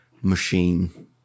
machine